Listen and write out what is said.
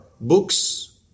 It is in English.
books